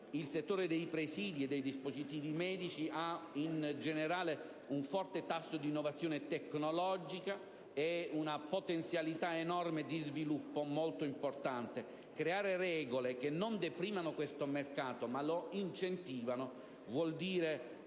il settore dei presidi e dei dispositivi medici in generale presenta un forte tasso di innovazione tecnologica ed un'enorme potenzialità di sviluppo, che è molto importante. Creare regole che non deprimano questo mercato, ma lo incentivino, vuol dire